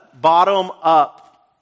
bottom-up